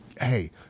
Hey